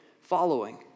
following